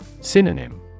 Synonym